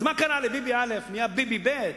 אז מה קרה לביבי א', נהיה ביבי ב'?